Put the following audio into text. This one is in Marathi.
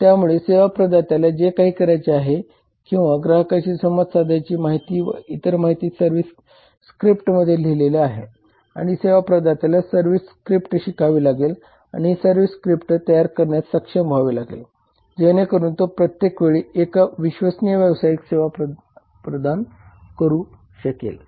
त्यामुळे सेवा प्रदात्याला जे काही करायचे आहे किंवा ग्राहकाशी संवाद साधायची माहिती व इतर सर्व काही सर्व्हिस स्क्रिप्टमध्ये लिहिलेले आहे आणि सेवा प्रदात्याला सर्व्हिस स्क्रिप्ट शिकावी लागेल आणि ही सर्व्हिस स्क्रिप्ट तयार करण्यास सक्षम व्हावे लागेल जेणेकरून तो प्रत्येक वेळी एक विश्वसनीय व्यावसायिक सेवा प्रदान करू शकेल